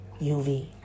UV